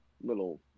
little